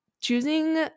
choosing